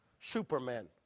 Superman